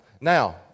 Now